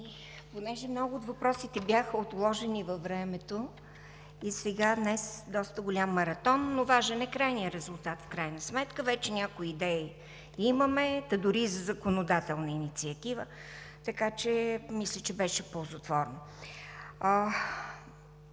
Понеже много от въпросите бяха отложени във времето и днес доста голям маратон, но е важен крайният резултат. Вече имаме някои идеи, та дори и за законодателна инициатива, така че, мисля, че беше ползотворно.